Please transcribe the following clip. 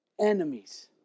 enemies